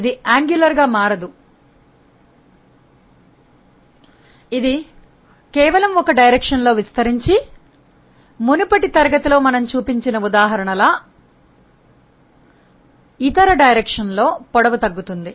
ఇది కొనీయం గా మారదు ఇది కేవలం ఒక దిశలో విస్తరించి మునుపటి తరగతిలో మేము చూపించిన ఉదాహరణ లా ఇతర దిశలో పొడవు తగ్గుతుంది